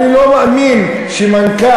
שמת לב,